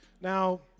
Now